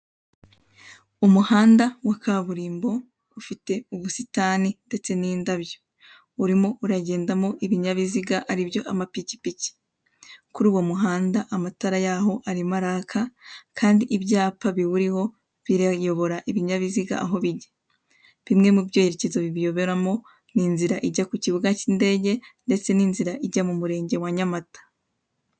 Umuhanda wa kaburimbo ufite ubusitani ndetse n'indabyo. Urimo uragendamo ibinyabiziga aribyo amapikipiki. Kuri uwo muhanda amatara yaho arimo araka kandi ibyapa biwuriho birayobora ibinyabiziga aho bijya. Bimwe mu byerekezo bibiyoberamo ni inzira ijya ku kibuga cy'indege ndetse n'inzira ijya mu murenge wa Nyamata.